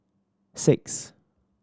six